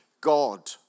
God